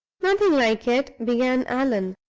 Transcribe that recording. nothing like it, began allan.